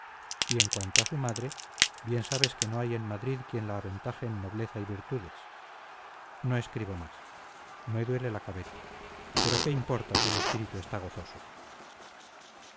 y en cuanto a su madre bien sabes que no hay en madrid quien la aventaje en nobleza y virtudes no escribo más me duele la cabeza pero qué importa si el espíritu está gozoso